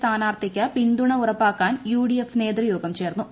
സ്ഥാനാർഥിക്ക് പിന്തുണ ഉറപ്പാക്കാൻ യുഡിഎഫ് നേതൃയോഗം ചേർന്നു